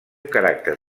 caràcter